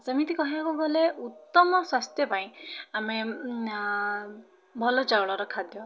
ସେମିତି କହିବାକୁ ଗଲେ ଉତ୍ତମ ସ୍ଵାସ୍ଥ୍ୟ ପାଇଁ ଆମେ ଭଲ ଚାଉଳର ଖାଦ୍ୟ